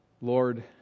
Lord